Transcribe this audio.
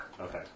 Okay